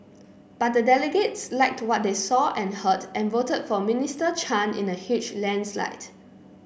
but the delegates liked to what they saw and heard and voted for Minister Chan in a huge landslide